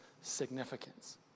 significance